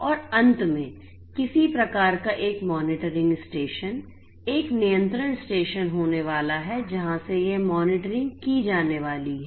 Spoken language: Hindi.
और अंत में किसी प्रकार का एक मॉनिटरिंग स्टेशन एक नियंत्रण स्टेशन होने वाला है जहाँ से यह मॉनिटरिंग की जाने वाली है